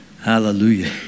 Hallelujah